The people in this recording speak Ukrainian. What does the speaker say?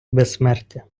безсмертя